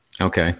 Okay